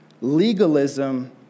Legalism